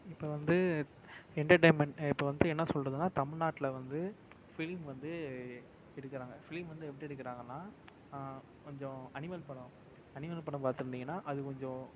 இப்போ வந்து என்டர்டைன்மெண்ட் இப்போ வந்து என்ன சொல்கிறதுன்னா தமிழ்நாட்ல வந்து ஃப்லிம் வந்து எடுக்கிறாங்க ஃப்லிம் வந்து எப்படி எடுக்கிறாங்கன்னா கொஞ்சம் அனிமல் படம் அனிமல் படம் பார்த்துருந்திங்கன்னா அதுக் கொஞ்சம்